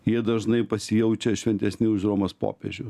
jie dažnai pasijaučia šventesni už romos popiežių